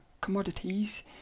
commodities